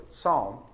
Psalm